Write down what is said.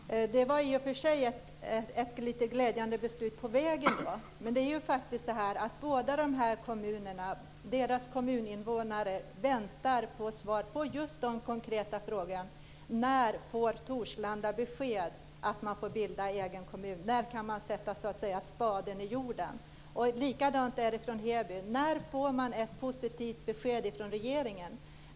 Herr talman! Det var i och för sig ett lite glädjande beslut på vägen. Men det är faktiskt så att kommuninvånarna väntar på svar på just den konkreta frågan när Torslanda får besked att man får bilda egen kommun, när man så att säga kan sätta spaden i jorden. Likadant är det med Heby. När får man ett positivt besked från regeringen?